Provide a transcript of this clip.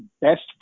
best